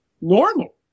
normal